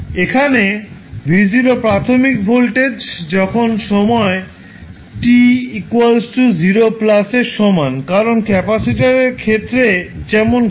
এখানে V0 প্রাথমিক voltage যখন সময় t 0 এর সমান কারণ ক্যাপাসিটরের ক্ষেত্রে যেমন ঘটে